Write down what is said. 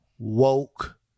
Woke